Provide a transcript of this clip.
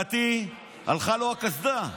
לדעתי, הלכה לבן אדם הקסדה.